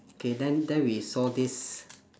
K then then we saw this